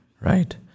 Right